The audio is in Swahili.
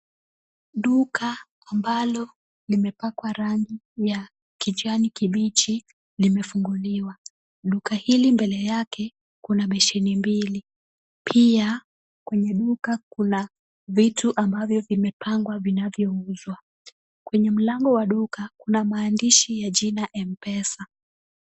Duka ambalo limepakwa rangi ya kijani kibichi limefunguliwa. Duka hili mbele yake kuna besheni mbili. Pia kwenye duka kuna vitu ambavyo vimepangwa vinavyouzwa. Kwenye mlango wa duka kuna maandishi ya jina mpesa.